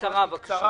בקצרה, בבקשה.